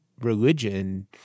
religion